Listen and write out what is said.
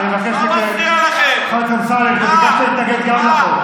אני לא סותם לך את הפה.